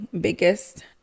biggest